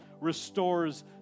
restores